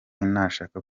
nashaka